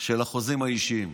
של החוזים האישיים.